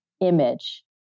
image